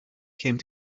came